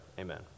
Amen